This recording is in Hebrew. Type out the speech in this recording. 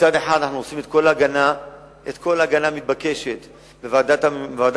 מצד אחד אנחנו עושים את כל ההגנה המתבקשת בוועדות המקומיות,